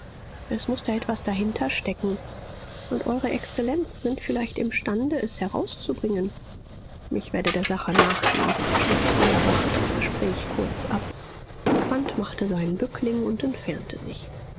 es muß da etwas dahinter stecken und eure exzellenz sind vielleicht imstande es herauszubringen ich werde der sache nachgehen schnitt feuerbach das gespräch kurz ab quandt machte seinen bückling und entfernte sich